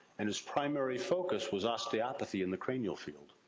and his primary focus was osteopathy in the cranial field.